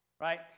right